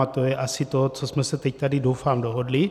A to je asi to, co jsme se tady teď doufám dohodli.